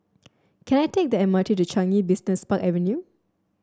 can I take the M R T to Changi Business Park Avenue